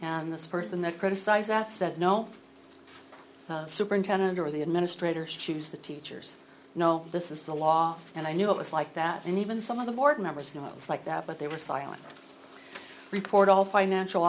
and this person that criticize that said no the superintendent or the administrators choose the teachers know this is the law and i knew it was like that and even some of the board members know it was like that but they were silent report all financial